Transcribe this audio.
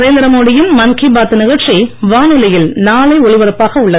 நரேந்திர மோடி யின் மன் கி பாத் நிகழ்ச்சி வானொலியில் நாளை ஒலிபரப்பாக உள்ளது